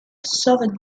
sauber